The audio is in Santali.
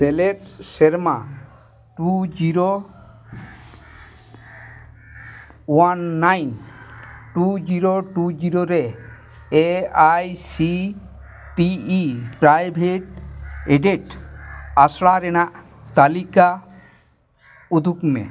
ᱥᱮᱞᱮᱫ ᱥᱮᱨᱢᱟ two zero one nine two zero two zero ᱨᱮ A I C T E private aided ᱟᱥᱲᱟ ᱨᱮᱱᱟᱜ ᱛᱟᱹᱞᱤᱠᱟ ᱩᱫᱩᱜᱽ ᱢᱮ